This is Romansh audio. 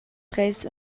treis